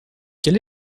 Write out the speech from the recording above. quel